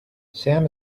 sam